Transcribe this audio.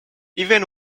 even